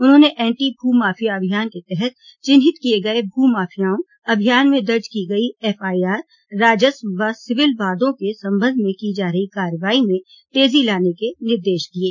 उन्होंने एंटी भू माफिया अभियान के तहत चिन्हित किये गये भू माफियाओं अभियान में दर्ज की गई एफआईआर राजस्व व सिविल वादों के संबंध में की जा कार्रवाई में तेजी लाने के निर्देश दिये